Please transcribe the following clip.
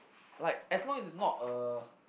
like as long as it is not a